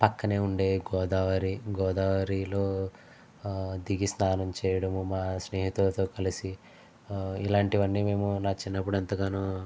పక్కనే ఉండే గోదావరి గోదావరిలో దిగి స్నానము చేయడం మా స్నేహితులతో కలిసి ఇలాంటివన్నీ మేము నా చిన్నపుడు ఎంతగానో